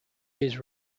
his